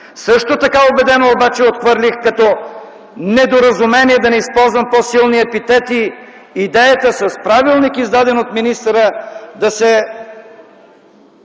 Също така убедено обаче отхвърлих като недоразумение, за да не използвам по-силни епитети, идеята, с правилник, издаден от министъра да се